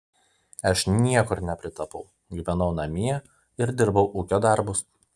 aš niekur nepritapau gyvenau namie ir dirbau ūkio darbus